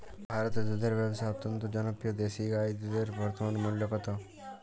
ভারতে দুধের ব্যাবসা অত্যন্ত জনপ্রিয় দেশি গাই দুধের বর্তমান মূল্য কত?